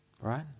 right